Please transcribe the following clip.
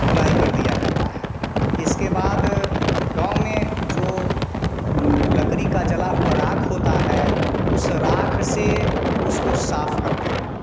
धुलाई कर दिया जाता है इसके बाद गाँव में जो लकड़ी का जला हुआ राख होता है उस राख से उसको साफ करते हैं